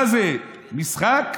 מה זה, משחק?